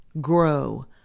grow